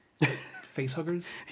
facehuggers